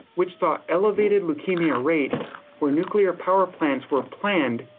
which saw elevated leukemia rates where nuclear power plants were planned,